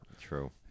True